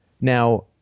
Now